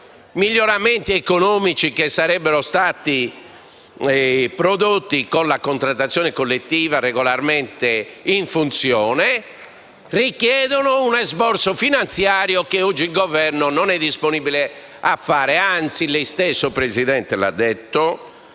miglioramenti economici che sarebbero stati prodotti con la contrattazione collettiva regolarmente in funzione richiedono un esborso finanziario che oggi il Governo non è disponibile a fare; anzi, lei stesso Presidente ha detto